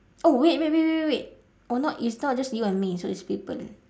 oh wait wait wait wait wait oh not it's not just you and me so it's people